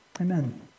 amen